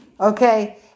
Okay